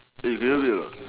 eh you very weird not